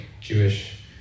Jewish